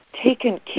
taken